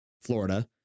Florida